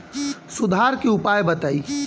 सुधार के उपाय बताई?